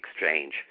exchange